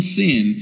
sin